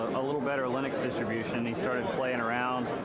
a little better linux distribution he started playing around,